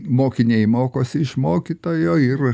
mokiniai mokosi iš mokytojo ir